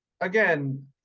again